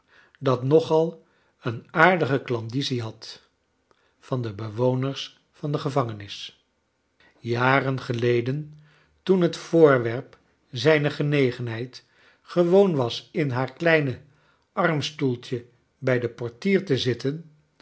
dat nogal een aardige klandizie had van de bewoners van de gevangenis jaren geleden toen het voorwerp zijner genegenheid gewoon was in haar kleine armstoeltje bij den portier te zitten